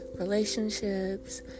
relationships